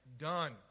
done